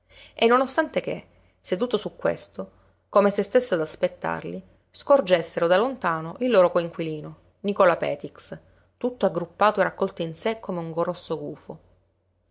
e non ostante che seduto su questo come se stesse ad aspettarli scorgessero da lontano il loro coinquilino nicola petix tutto aggruppato e raccolto in sé come un grosso gufo